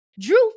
Drew